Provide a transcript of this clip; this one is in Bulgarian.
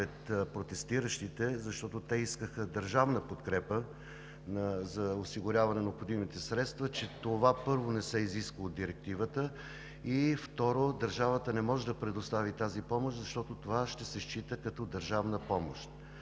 пред протестиращите, защото те искаха държавна подкрепа за осигуряване на необходимите средства, е, че, първо, това не се изисква от Директивата. Второ, държавата не може да предостави тази помощ, защото това ще се счита като държавна помощ.